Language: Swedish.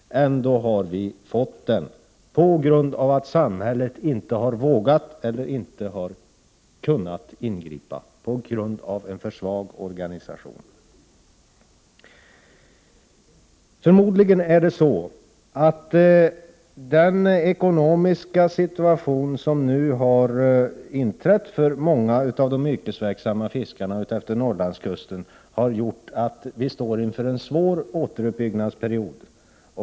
Ändå har utvecklingen fått fortgå, på grund av att samhället inte har vågat eller kunnat ingripa eftersom organisationen är för svag. Förmodligen står vi, i och med den ekonomiska situation som nu råder för många av de yrkesverksamma fiskarna utefter Norrlandskusten, inför en svår återuppbyggnadsperiod.